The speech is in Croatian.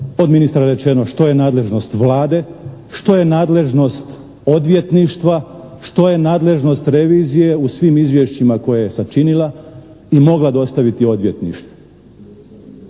od ministra rečeno što je nadležnost Vlade, što je nadležnost odvjetništva, što je nadležnost revizije u svim izvješćima koje je sačinila i mogla dostaviti odvjetništvu.